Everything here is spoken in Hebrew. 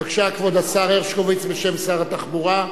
בבקשה, כבוד השר הרשקוביץ בשם שר התחבורה.